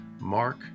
Mark